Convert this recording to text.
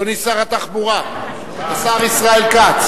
אדוני שר התחבורה, השר ישראל כץ,